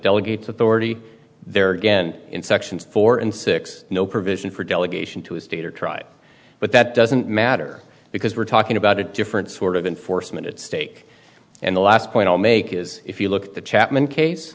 delegate authority there again in sections four and six no provision for delegation to a state or tried but that doesn't matter because we're talking about a different sort of enforcement at stake and the last point i'll make is if you look at the chapman case